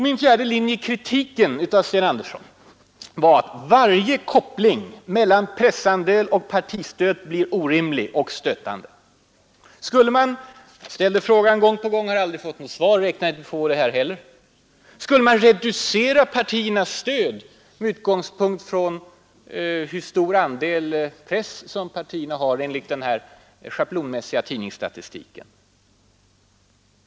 Min fjärde linje i kritiken av Sten Andersson var att varje konkret koppling mellan pressandel och partistöd blir orimlig och stötande. Jag har gång på gång ställt frågor i det sammanhanget, men jag har aldrig fått svar på dem, och jag räknar heller inte med att få svar på dem här. Jag har sagt: Skall man reducera partiernas stöd med utgångspunkt i hur stor andel press som partierna har enligt den schablonmässiga tidningsstatistiken?